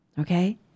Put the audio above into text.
Okay